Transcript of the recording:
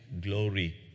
glory